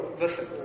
Listen